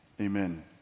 amen